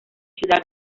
ciudad